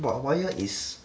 but wired is